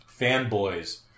fanboys